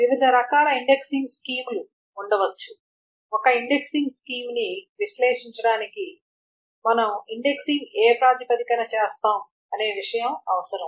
వివిధ రకాల ఇండెక్సింగ్ స్కీమ్లు ఉండవచ్చు ఒక ఇండెక్సింగ్ స్కీమ్ని విశ్లేషించడానికి మనం ఇండెక్సింగ్ ఏ ప్రాతిపదికన చేస్తాం అనే విషయం అవసరం